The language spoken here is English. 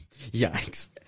Yikes